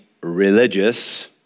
religious